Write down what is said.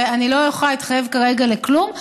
ואני לא יכולה להתחייב כרגע לכלום.